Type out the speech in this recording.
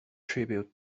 tribute